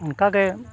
ᱚᱱᱠᱟᱜᱮ